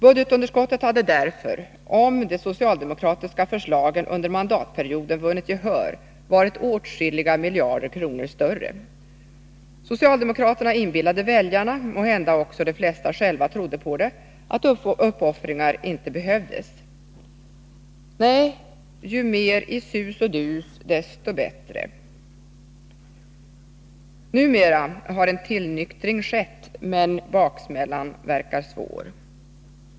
Budgetunderskottet hade därför, om de socialdemokratiska förslagen under mandatperioden vunnit gehör, varit åtskilliga miljarder kronor större. Socialdemokraterna inbillade väljarna — måhända trodde också de flesta själva på detta — att uppoffringar inte behövdes. Nej, ju mer i sus och dus desto bättre! Numera har en tillnyktring skett, men baksmällan verkar svår.